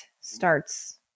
starts